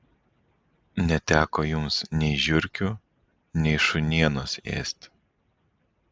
neteko jums nei žiurkių nei šunienos ėsti